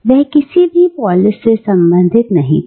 वह किसी भी पोलिस से संबंधित नहीं था